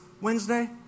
Wednesday